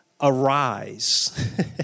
arise